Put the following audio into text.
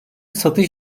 satış